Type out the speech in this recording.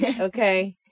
Okay